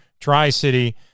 Tri-City